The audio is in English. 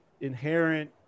inherent